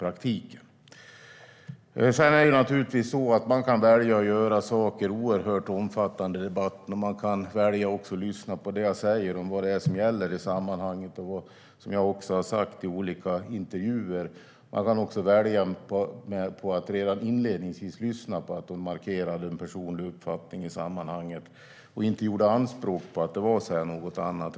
Man kan naturligtvis välja att göra saker oerhört omfattande i debatten, och man kan välja att lyssna på det jag säger om vad som gäller i sammanhanget liksom vad jag sagt i olika intervjuer. Man kunde även välja att redan inledningsvis lyssna på det hon sa när hon markerade en personlig uppfattning och inte gjorde anspråk på att det var något annat.